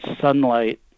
sunlight